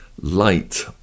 light